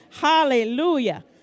Hallelujah